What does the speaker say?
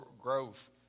growth